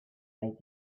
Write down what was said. make